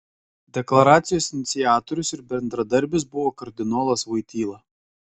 deklaracijos iniciatorius ir bendradarbis buvo kardinolas voityla